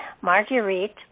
Marguerite